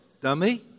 dummy